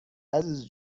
عزیز